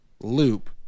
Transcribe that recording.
loop